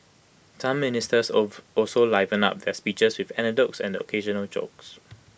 some ministers also livened up their speeches with anecdotes and the occasional joke